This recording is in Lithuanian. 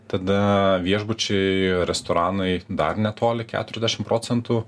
tada viešbučiai restoranai dar netoli keturiasdešim procentų